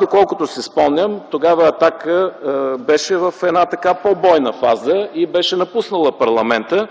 Доколкото си спомням, тогава „Атака” беше в една по-бойна фаза и беше напуснала парламента.